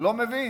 לא מבין.